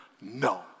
no